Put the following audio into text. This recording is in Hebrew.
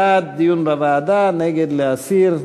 בעד, דיון בוועדה, נגד, להסיר.